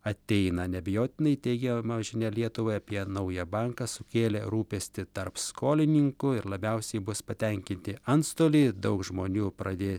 ateina neabejotinai teigiama žinia lietuvai apie naują banką sukėlė rūpestį tarp skolininkų ir labiausiai bus patenkinti antstoliai daug žmonių pradė